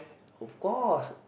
of course